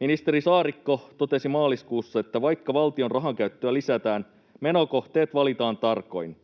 Ministeri Saarikko totesi maaliskuussa, että vaikka valtion rahankäyttöä lisätään, menokohteet valitaan tarkoin.